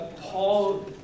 Paul